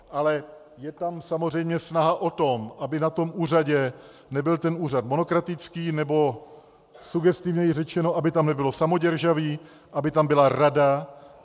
Ale je tam samozřejmě snaha o to, aby na tom úřadě nebyl ten úřad monokratický, nebo sugestivněji řečeno, aby tam nebylo samoděržaví, aby tam byla rada.